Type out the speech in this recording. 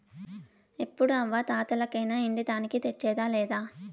ఎప్పుడూ అవ్వా తాతలకేనా ఇంటి దానికి తెచ్చేదా లేదా